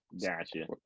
Gotcha